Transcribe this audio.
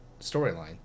storyline